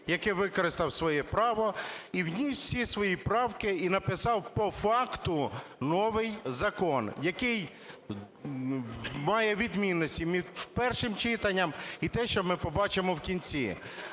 який використав своє право і вніс всі свої правки, і написав по факту новий закон, який має відмінності між першим читанням і те, що ми побачимо в кінці.